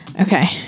Okay